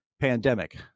pandemic